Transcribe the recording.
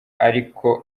ariko